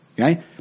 okay